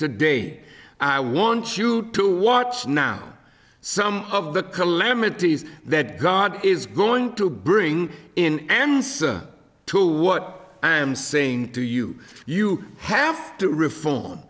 today i want you to watch now some of the calamities that god is going to bring in answer to what i am saying to you you have to reform